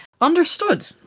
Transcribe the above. Understood